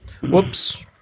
Whoops